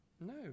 No